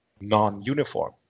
non-uniform